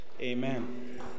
Amen